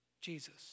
Jesus